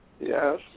Yes